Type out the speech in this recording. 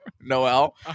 noel